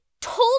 told